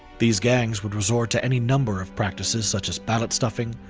these gangs would resort to any number of practices such as ballot stuffing,